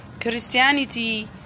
Christianity